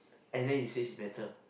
and then you say it's better